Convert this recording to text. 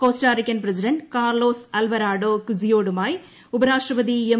Costa Rican president Carlos Alvarado കിസോഡയുമായി ഉപരാഷ്ട്രപതി M